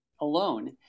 alone